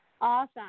Awesome